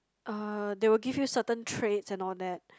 uh they will give you certain traits and all that